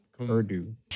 Urdu